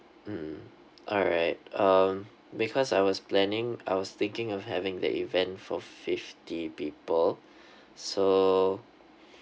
mm alright um because I was planning I was thinking of having the event for fifty people so